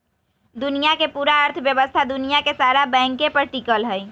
दुनिया के पूरा अर्थव्यवस्था दुनिया के सारा बैंके पर टिकल हई